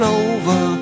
over